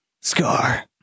Scar